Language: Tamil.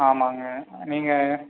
ஆமாம்ங்க நீங்கள்